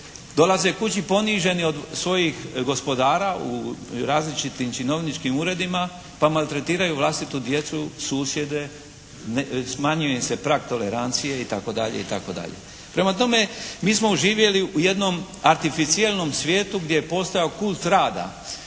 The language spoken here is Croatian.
Dolaze kući poniženi od svojih gospodara u različitim činovničkim uredima pa maltretiraju vlastitu djecu, susjede. Smanjuje im se prag tolerancije i tako dalje i tako dalje. Prema tome mi smo živjeli u jednom arteficijelnom svijetu gdje je postojao kult rada.